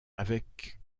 avec